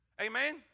Amen